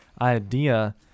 idea